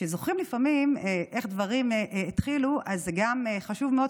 כשזוכרים לפעמים איך דברים התחילו אז זה גם חשוב מאוד,